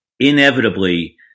Inevitably